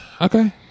Okay